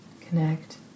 Connect